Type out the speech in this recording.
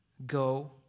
go